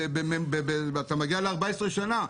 אתה מגיע ל-14 שנה.